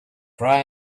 cry